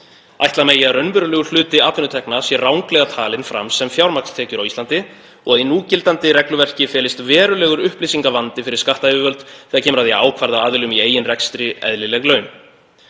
Ætla megi að raunverulegur hluti atvinnutekna sé ranglega talinn fram sem fjármagnstekjur á Íslandi og í núgildandi regluverki felist verulegur upplýsingavandi fyrir skattyfirvöld þegar kemur að því að ákvarða aðilum í eigin rekstri eðlileg laun.